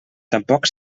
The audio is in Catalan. tampoc